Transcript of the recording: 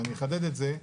ואני אחדד את זה,